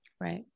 Right